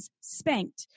Spanked